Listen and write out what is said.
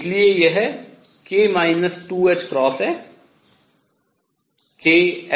इसलिए यह k 2ℏ kℏ है